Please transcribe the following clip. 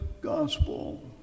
gospel